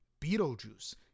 beetlejuice